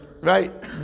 right